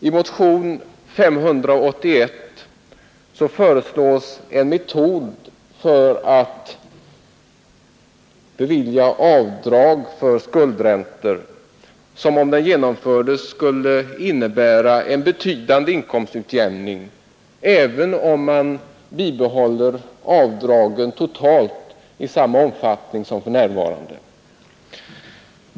I motionen 581 föreslås en metod för att bevilja avdrag för skuldräntor som, om den genomfördes, skulle innebära en betydande inkomstutjämning även om man bibehåller avdragen totalt i samma omfattning som för närvarande.